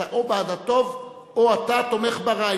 אתה או בעד הטוב או שאתה תומך ברע.